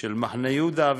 של מחנה-יהודה,